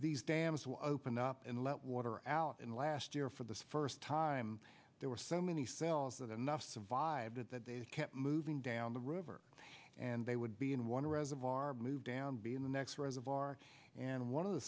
these dams will open up and let water out in the last year for the first time there were so many cells that enough survive that that they kept moving down the river and they would be in one reservoir move down be in the next reservoir and one of the